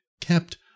kept